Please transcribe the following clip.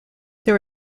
there